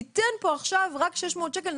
ניתן פה עכשיו רק 600 שקל,